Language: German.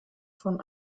von